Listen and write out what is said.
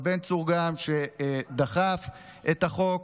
יואב בן צור, שדחף את החוק,